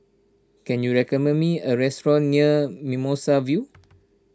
can you recommend me a restaurant near Mimosa View